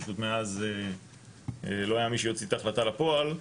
פשוט מאז לא היה מי שיוציא את ההחלטה לפועל ,